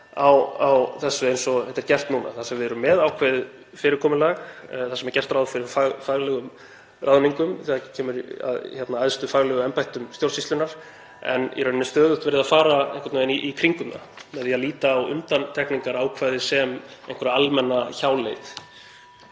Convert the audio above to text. á þessu eins og þetta er gert núna þar sem við erum með ákveðið fyrirkomulag þar sem er gert ráð fyrir faglegum ráðningum þegar kemur að æðstu faglegu embættum stjórnsýslunnar, (Forseti hringir.) en í raun er stöðugt farið einhvern veginn í kringum það með því að líta á undantekningarákvæði sem einhverja almenna hjáleið.